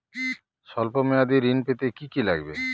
সল্প মেয়াদী ঋণ পেতে কি কি লাগবে?